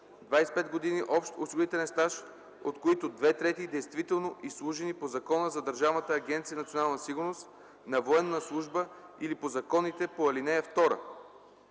25 години общ осигурителен стаж, от които две трети действително изслужени по Закона за Държавна агенция „Национална сигурност”, на военна служба или по законите по ал. 2; 2.